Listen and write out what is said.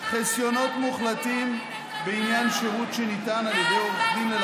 36 מנדטים לבנימין נתניהו.